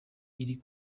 iri